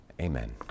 Amen